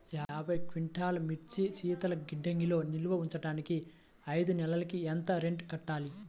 యాభై క్వింటాల్లు మిర్చి శీతల గిడ్డంగిలో నిల్వ ఉంచటానికి ఐదు నెలలకి ఎంత రెంట్ కట్టాలి?